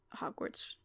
Hogwarts